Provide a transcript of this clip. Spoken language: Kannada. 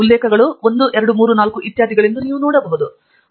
ಉಲ್ಲೇಖಗಳು 1 2 3 4 ಇತ್ಯಾದಿಗಳೆಂದು ನೀವು ನೋಡಬಹುದು